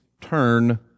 turn